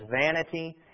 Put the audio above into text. vanity